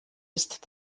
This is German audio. ist